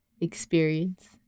experience